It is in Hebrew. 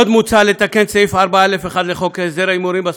עוד מוצע לתקן את סעיף 4(א1) לחוק להסדר ההימורים בספורט,